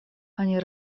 они